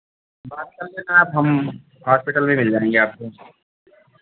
बात कर लेना आप हम हॉस्पिटल में मिल जाएँगे आपको